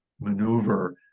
maneuver